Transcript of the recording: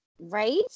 Right